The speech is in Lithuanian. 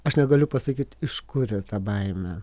aš negaliu pasakyt iš kur yra ta baimė